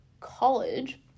college